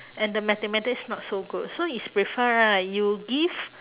and the mathematics not so good so is prefer right you give